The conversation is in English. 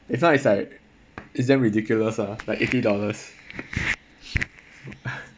if not it's like it's damn ridiculous ah like eighty dollars